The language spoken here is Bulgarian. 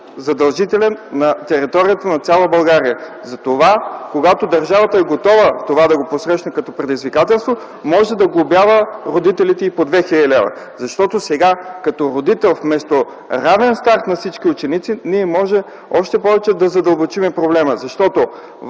задължителен на територията на цяла България. Затова, когато държавата е готова да посрещне това като предизвикателство, може да глобява родителите и по 2 хил. лв. Защото сега вместо равен старт на всички ученици, ние можем още повече да задълбочим проблема. Защото,